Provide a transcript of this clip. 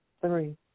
three